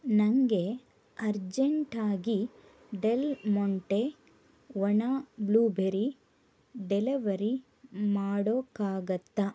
ನನಗೆ ಅರ್ಜೆಂಟಾಗಿ Del Monte ಒಣ ಬ್ಲೂಬೆರಿ ಡೆಲವರಿ ಮಾಡೋಕ್ಕಾಗತ್ತಾ